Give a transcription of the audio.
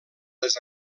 les